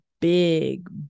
big